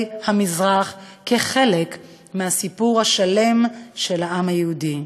המזרח כחלק מהסיפור השלם של העם היהודי.